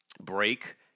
break